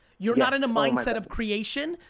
you're not in a mindset of creation,